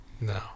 No